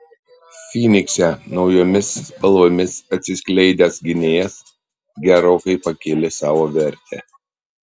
fynikse naujomis spalvomis atsiskleidęs gynėjas gerokai pakėlė savo vertę